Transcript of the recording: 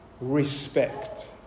respect